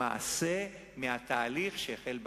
למעשה, מהתהליך שהחל באנאפוליס.